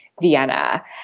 Vienna